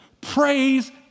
Praise